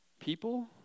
people